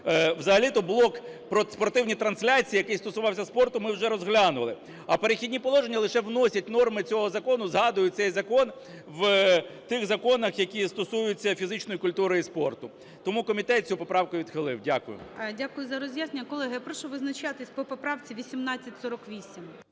Взагалі-то блок про спортивні трансляції, який стосувався спорту, ми вже розглянули. А "Перехідні положення" лише вносять норми цього закону, згадують цей закон у тих законах, які стосуються фізичної культури і спорту. Тому комітет цю поправку відхилив. Дякую. ГОЛОВУЮЧИЙ. Дякую за роз'яснення. Колеги, я прошу визначатись по поправці 1848.